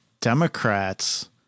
Democrats